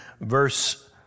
verse